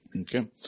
okay